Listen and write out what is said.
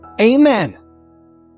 Amen